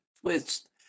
twist